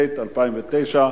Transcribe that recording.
אין מתנגדים,